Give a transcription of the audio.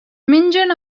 mengen